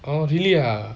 oh really ah